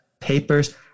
papers